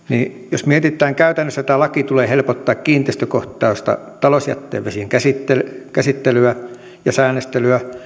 jos mietitään käytännössä tämä laki tulee helpottamaan kiinteistökohtaista talousjätevesien käsittelyä ja säännöstelyä